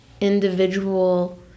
individual